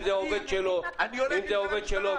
אם זה עובד שלו -- אני הולך להתלונן במשטרה.